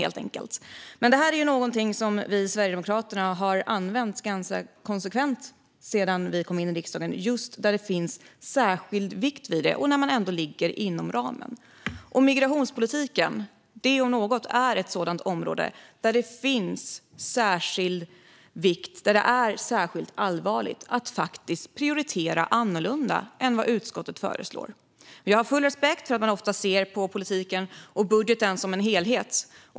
Men detta är något som vi i Sverigedemokraterna har använt ganska konsekvent sedan vi kom in i riksdagen just när det är av särskild vikt och man ändå ligger inom ramen. Migrationspolitiken om något är ett sådant område där det är av särskild vikt och särskilt allvarligt att prioritera annorlunda än vad utskottet föreslår. Men jag har full respekt för att man ofta ser politiken och budgeten som en helhet.